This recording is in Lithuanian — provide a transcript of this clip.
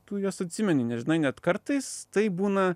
tu juos atsimeni nes žinai net kartais tai būna